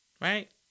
Right